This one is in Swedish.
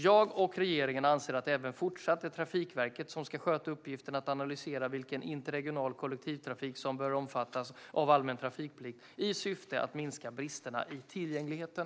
Jag och regeringen anser att det även fortsatt är Trafikverket som ska sköta uppgiften att analysera vilken interregional kollektivtrafik som bör omfattas av allmän trafikplikt i syfte att minska bristerna i tillgängligheten.